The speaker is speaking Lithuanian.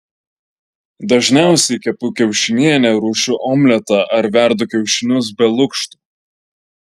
dažniausiai kepu kiaušinienę ruošiu omletą ar verdu kiaušinius be lukšto